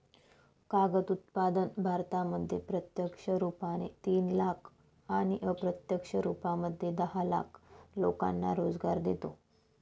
कागद उत्पादन भारतामध्ये प्रत्यक्ष रुपाने तीन लाख आणि अप्रत्यक्ष रूपामध्ये दहा लाख लोकांना रोजगार देतो